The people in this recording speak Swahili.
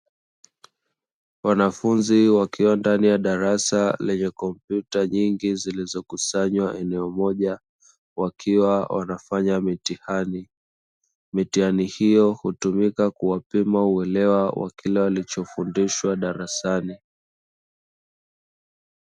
Wanafunzi wakiwa ndani ya darasa lenye kompyuta nyingi, zilizo kusanywa eneo moja wakiwa wanafanya mitihani. Mitihani hiyo hutumika kuwapima uelewa wa kile walicho fundishwa darasani.